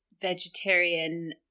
vegetarian